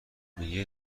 میگه